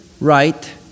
right